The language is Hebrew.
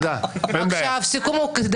סיכמנו ככה,